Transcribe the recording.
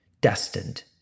destined